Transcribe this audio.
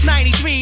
93